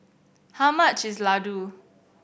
how much is laddu